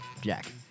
Jack